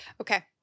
Okay